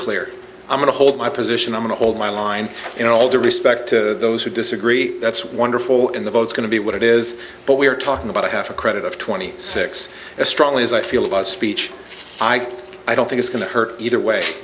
clear i'm going to hold my position i'm going to hold my line in all due respect to those who disagree that's wonderful and the votes going to be what it is but we're talking about a half a credit of twenty six as strongly as i feel about speech i don't think it's going to hurt either way